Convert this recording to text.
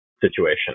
situation